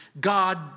God